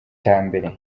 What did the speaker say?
mbere